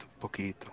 poquito